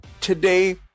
Today